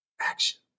action